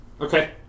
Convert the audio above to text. Okay